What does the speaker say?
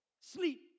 sleep